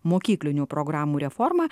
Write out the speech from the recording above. mokyklinių programų reformą